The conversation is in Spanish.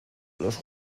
los